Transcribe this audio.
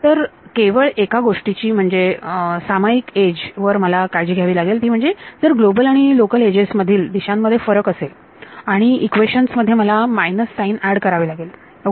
तर केवळ एका गोष्टीची म्हणजे सामायिक एज वर मला काळजी घ्यावी लागेल ती म्हणजे जर ग्लोबल आणि लोकल एजेस मधील दिशांमध्ये फरक असेल आणि इक्वेशन्स मध्ये मला मायनस साईन एड करावे लागेल ओके